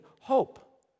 hope